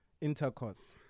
intercourse